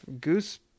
goose